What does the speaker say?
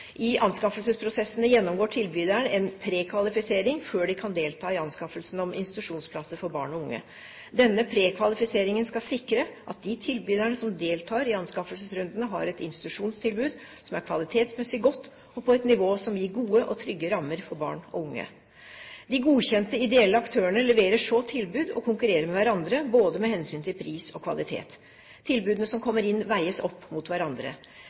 I anskaffelsesprosessene gjennomgår tilbyderne en prekvalifisering før de kan delta i anskaffelsen av institusjonsplasser for barn og unge. Denne prekvalifiseringen skal sikre at de tilbyderne som deltar i anskaffelsesrundene, har et institusjonstilbud som er kvalitetsmessig godt og på et nivå som gir gode og trygge rammer for barn og unge. De godkjente ideelle aktørene leverer så tilbud og konkurrerer med hverandre med hensyn til både pris og kvalitet. Tilbudene som kommer inn, veies opp mot hverandre.